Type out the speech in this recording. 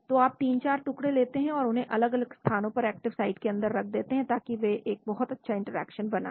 तो आप 3 4 टुकड़े लेते हैं और उन्हें अलग अलग स्थानों पर एक्टिव साइट के अंदर रख देते हैं ताकि वे एक बहुत अच्छा इंटरेक्शन बनाएं